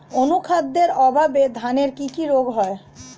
অনুখাদ্যের অভাবে ধানের কি কি রোগ হয়?